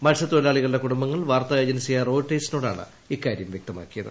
മത്സ്യത്തൊഴിലാളികളുടെ കുടുംബങ്ങൾ വാർത്താ ഏജൻസിയായ റോയിട്ടേഴ്സിനോടാണ് ഇക്കാര്യം വ്യക്തമാക്കിയത്